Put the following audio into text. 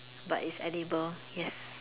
but it's edible yes